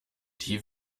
die